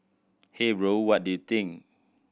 hey bro what do you think